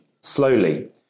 slowly